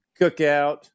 cookout